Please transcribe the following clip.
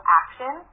action